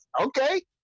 okay